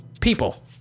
people